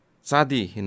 sadi